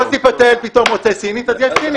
יוסי פתאל פתאום רוצה סינית, אז יש סינית.